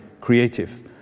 creative